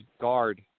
guard